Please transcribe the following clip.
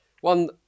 One